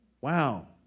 Wow